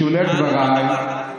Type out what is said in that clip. בשולי דבריי,